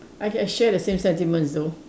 I can share the same sentiments also